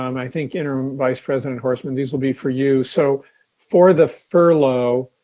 um i think interim vice president horstman these will be for you. so for the furlough,